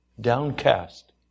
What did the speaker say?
downcast